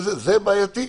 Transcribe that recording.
זה בעייתי.